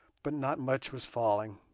but not much was falling.